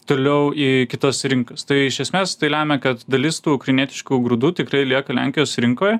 toliau į kitas rinkas tai iš esmės tai lemia kad dalis tų ukrainietiškų grūdų tikrai lieka lenkijos rinkoj